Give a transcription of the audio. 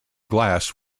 glass